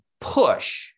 push